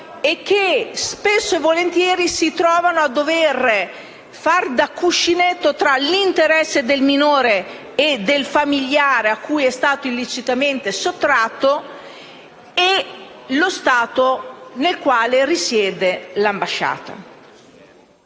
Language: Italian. e che spesso e volentieri si trovano a dover fare da cuscinetto tra gli interessi del minore e del familiare a cui è stato illecitamente sottratto e lo Stato nel quale l'ambasciata